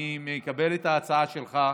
אני מקבל את ההצעה שלך,